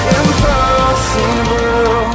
impossible